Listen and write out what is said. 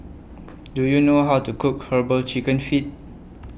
Do YOU know How to Cook Herbal Chicken Feet